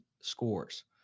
scores